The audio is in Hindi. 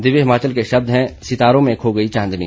दिव्य हिमाचल के शब्द हैं सितारों में खो गई चांदनी